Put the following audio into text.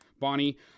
bonnie